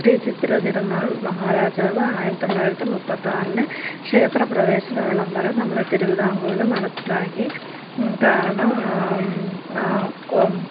ശ്രീചിത്തിര തിരുനാൾ മഹാരാജാവ് ആയിരത്തി തൊള്ളായിരത്തി മുപ്പത്താറിൽ ക്ഷേത്ര പ്രവേശന വിളമ്പരം നമ്മുടെ തിരുവിതാങ്കൂറിൽ നടപ്പിലാക്കി കാരണം കൊം